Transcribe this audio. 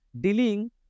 dealing